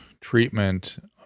treatment